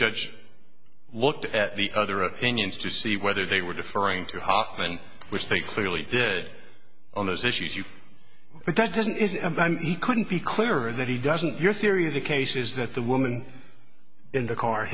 judge looked at the other opinions to see whether they were deferring to hofmann which they clearly did on those issues you but that doesn't he couldn't be clearer that he doesn't your theory of the case is that the woman in the car